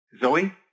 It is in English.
Zoe